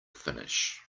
finish